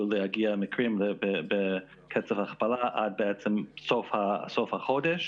להגיע מקרים בקצב הכפלה עד בעצם סוף החודש,